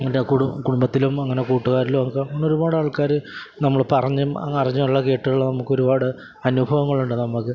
എന്റെ കുടുംബത്തിലും അങ്ങനെ കൂട്ടുകാരിലും ഒക്കെ ഉള്ള ഒരുപാട് ആൾക്കാർ നമ്മൾ പറഞ്ഞും അങ്ങനെ അറിഞ്ഞുള്ള കേട്ടും ഉള്ള നമുക്ക് ഒരുപാട് അനുഭവങ്ങളുണ്ട് നമുക്ക്